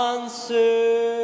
Answer